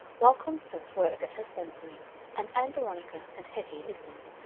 while constance worked at her stencilling and ann veronica and hetty listened,